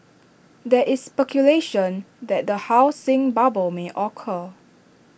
there is speculation that A housing bubble may occur